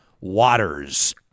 Waters